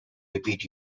repeat